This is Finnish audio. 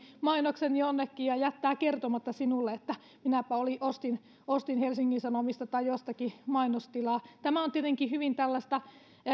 mainoksen jonnekin ja jättää kertomatta sinulle että minäpä ostin ostin helsingin sanomista tai jostakin mainostilaa tämä on tietenkin hyvin tällaista